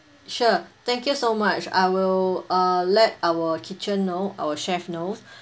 sure thank you so much I will uh let our kitchen know our chef know